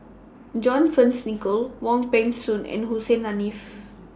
John Fearns Nicoll Wong Peng Soon and Hussein Haniff